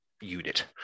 unit